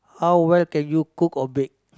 how well can you cook or bake